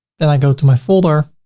then i go to my folder.